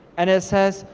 and it says,